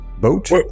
Boat